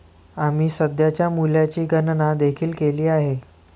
आम्ही सध्याच्या मूल्याची गणना देखील केली आहे